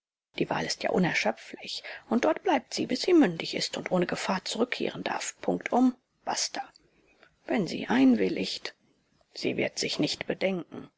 die wahl ist ja unerschöpflich und dort bleibt sie bis sie mündig ist und ohne gefahr zurückkehren darf punktum basta wenn sie einwilligt sie wird sich nicht bedenken